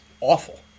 awful